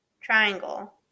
Triangle